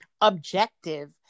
objective